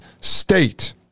state